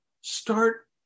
start